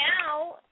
now